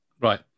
right